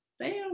Bam